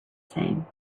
same